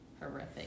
horrific